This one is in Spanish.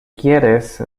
quieres